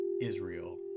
Israel